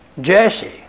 Jesse